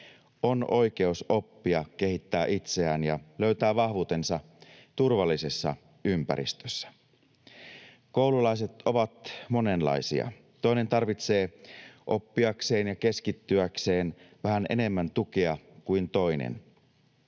on oikeus oppia, kehittää itseään ja löytää vahvuutensa turvallisessa ympäristössä. Koululaiset ovat monenlaisia. Toinen tarvitsee oppiakseen ja keskittyäkseen vähän enemmän tukea kuin toinen.